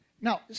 Now